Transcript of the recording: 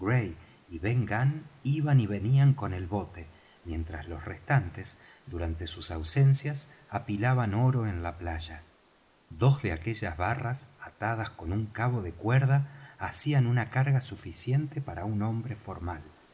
y ben gunn iban y venían con el bote mientras los restantes durante sus ausencias apilaban oro en la playa dos de aquellas barras atadas con un cabo de cuerda hacían una carga suficiente para un hombre formal